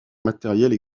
matérielle